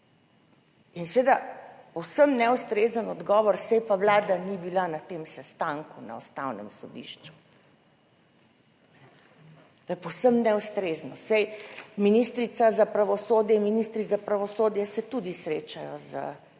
In seveda povsem neustrezen odgovor, saj pa Vlada ni bila na tem sestanku na Ustavnem sodišču. To je povsem neustrezno. Saj ministrica za pravosodje in ministri za pravosodje se tudi srečajo s